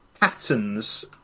patterns